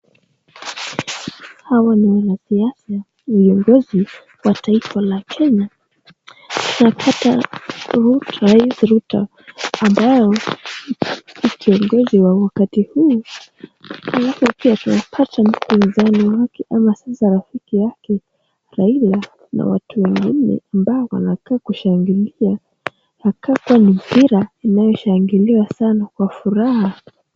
Hawa ni wanasiasa viongozi wa taifa la Kenya. Tunapata Rais Ruto ambaye kiongozi wa wakati huu. Alafu pia tunapata mpinzani wake ama sasa rafiki yake Raila na watu wengine ambao wanakaa kushangilia. Ni kama mpira inayoshangiliwa sana kwa furaha.